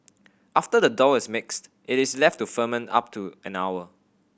after the dough is mixed it is left to ferment up to an hour